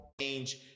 change